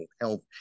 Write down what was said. health